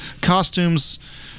costumes